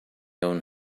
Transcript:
own